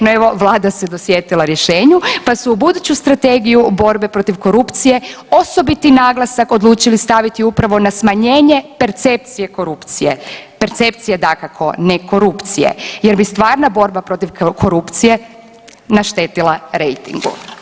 No, evo Vlada se dosjetila rješenju, pa su u buduću Strategiju borbe protiv korupcije osobiti naglasak odlučili staviti upravo na smanjenje percepcije korupcije, percepcije dakako ne korupcije jer bi stvarna borba protiv korupcije naštetila rejtingu.